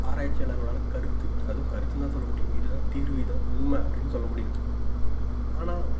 ஆராய்ச்சியாளர்களோடய கருத்து அதுவும் கருத்துன்னு தான் சொல்ல முடியும் இது தான் தீர்வு இதான் உண்மை அப்படின்னு சொல்ல முடியாது ஆனால்